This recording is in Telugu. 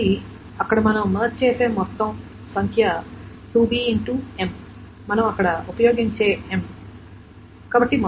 కాబట్టి అక్కడ మనం మెర్జ్ చేసే మొత్తం సంఖ్య 2b X m మనం అక్కడ ఉపయోగించే m